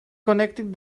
connected